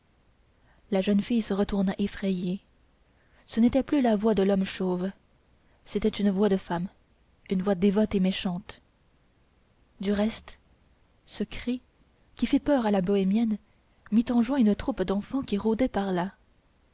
la jeune fille se retourna effrayée ce n'était plus la voix de l'homme chauve c'était une voix de femme une voix dévote et méchante du reste ce cri qui fit peur à la bohémienne mit en joie une troupe d'enfants qui rôdait par là